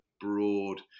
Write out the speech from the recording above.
broad